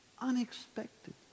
unexpected